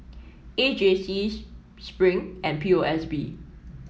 A J C Spring and P O S B